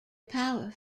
power